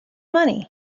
money